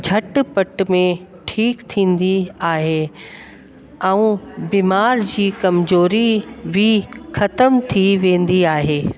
झटि पटि में ठीकु थींदी आहे ऐं बीमार जी कमज़ोरी बि ख़तम थी वेंदी आहे